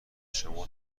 شما